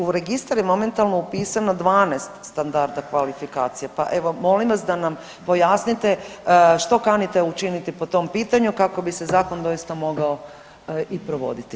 U registar je momentalno upisano 12 standarda kvalifikacija, pa evo molim vas da nam pojasnite što kanite učiniti po tom pitanju kako bi se zakon doista mogao i provoditi?